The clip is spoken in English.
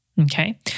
okay